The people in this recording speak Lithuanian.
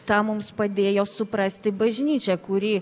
tą mums padėjo suprasti bažnyčia kuri